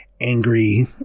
angry